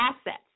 assets